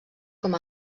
com